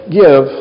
give